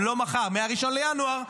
מ-1 בינואר,